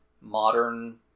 modern